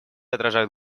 отражают